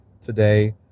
today